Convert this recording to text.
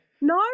no